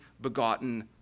begotten